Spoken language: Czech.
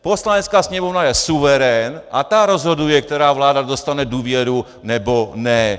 Poslanecká sněmovna je suverén a ta rozhoduje, která vláda dostane důvěru, nebo ne!